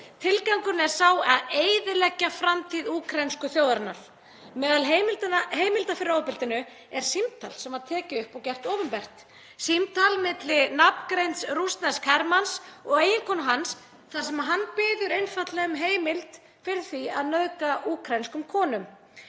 Tilgangurinn er sá að eyðileggja framtíð úkraínsku þjóðarinnar. Meðal heimilda fyrir ofbeldinu er símtal sem var tekið upp og gert opinbert, símtal milli nafngreinds rússnesks hermanns og eiginkonu hans þar sem hann biður einfaldlega um heimild fyrir því að nauðga úkraínskum konum.